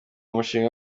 mushinga